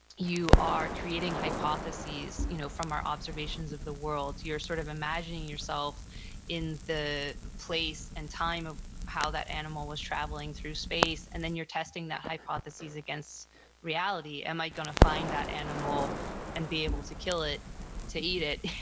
you are creating hypotheses you know from our observations of the world. you're sort of imagining yourself in the place and time of how that animal was traveling through space. and then you're testing that hypothesis against reality. am i going to find that animal and be able to kill it to eat it,